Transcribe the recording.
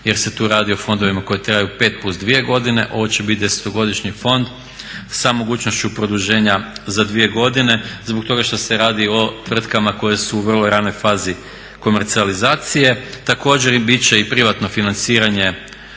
jer se tu radi o fondovima koji traju 5+2 godine, ovo će biti 10.-godišnji fond sa mogućnošću produženja za 2 godine zbog toga što se radi o tvrtkama koje su u vrlo ranoj fazi komercijalizacije. Također biti će i privatno financiranje